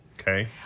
Okay